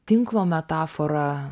tinklo metaforą